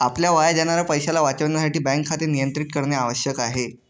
आपल्या वाया जाणाऱ्या पैशाला वाचविण्यासाठी बँक खाते नियंत्रित करणे आवश्यक आहे